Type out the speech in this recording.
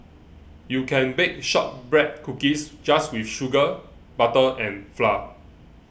you can bake Shortbread Cookies just with sugar butter and flour